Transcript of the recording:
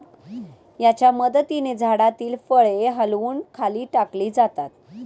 याच्या मदतीने झाडातील फळे हलवून खाली टाकली जातात